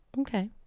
Okay